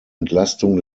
entlastung